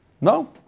No